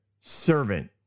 servant